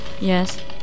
Yes